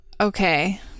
Okay